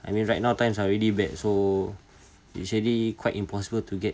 I mean right now times are really bad so actually quite impossible to get